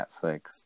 netflix